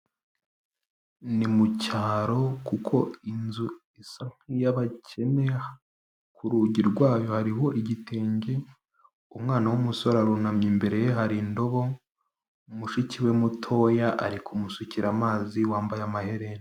Ni mu cyaro kuko inzu isa nk'iy'abakene, ku rugi rwayo hariho igitenge, umwana w'umusore arunamye imbere ye hari indobo, mushiki we mutoya ari kumusukira amazi wambaye amaherena.